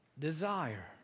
desire